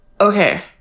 Okay